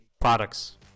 products